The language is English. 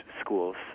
schools